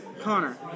Connor